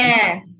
Yes